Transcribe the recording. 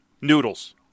Noodles